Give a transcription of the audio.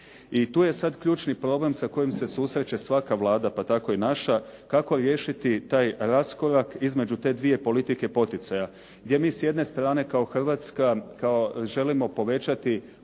I tu je sada ključnim problem sa kojim se susreće svaka Vlada pa tako i naša kako riješiti taj raskorak između te dvije politike poticaja. Gdje mi s jedne strane kao Hrvatska želimo povećati potpore,